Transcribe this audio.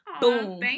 Boom